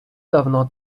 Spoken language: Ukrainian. давно